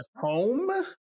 home